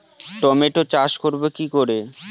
Tomato চাষ করব কি করে?